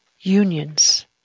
unions